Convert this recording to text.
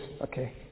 okay